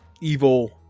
evil